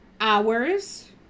Hours